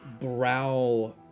brow